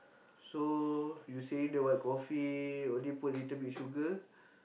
so you saying the white coffee only put little bit sugar